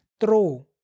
throw